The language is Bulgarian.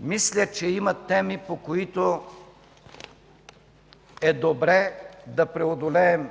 Мисля, че има теми, по които е добре да преодолеем